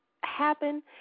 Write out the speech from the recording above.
happen